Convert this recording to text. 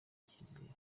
icyizere